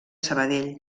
sabadell